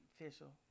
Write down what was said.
Official